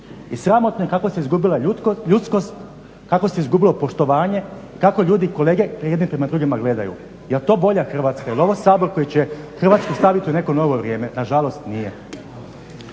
i sramotno kako se izgubila ljudskost, kako se izgubilo poštovanje, kako ljudi kolege jedni prema drugima gledaju, jel to bolja Hrvatska? Jel ovo Sabor koji će Hrvatsku staviti u neko novo vrijeme. Nažalost nije.